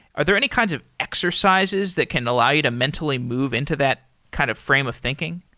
are there any kinds of exercises that can allow you to mentally move into that kind of frame of thinking?